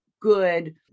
good